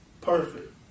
perfect